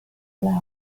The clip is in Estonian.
ole